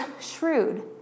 shrewd